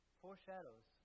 foreshadows